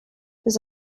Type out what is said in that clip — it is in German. bis